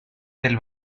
del